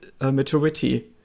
maturity